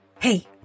Hey